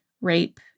rape